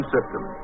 System